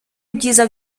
ibyiza